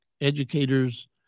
educators